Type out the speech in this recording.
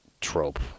trope